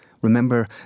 Remember